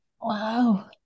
Wow